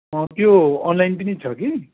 त्यो अनलाइन पनि छ कि